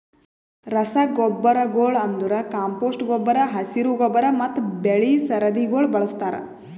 ರಸಗೊಬ್ಬರಗೊಳ್ ಅಂದುರ್ ಕಾಂಪೋಸ್ಟ್ ಗೊಬ್ಬರ, ಹಸಿರು ಗೊಬ್ಬರ ಮತ್ತ್ ಬೆಳಿ ಸರದಿಗೊಳ್ ಬಳಸ್ತಾರ್